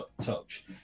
touch